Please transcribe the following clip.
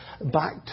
back